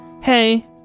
hey